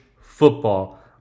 football